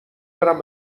برم